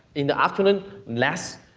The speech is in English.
in the afternoon, last,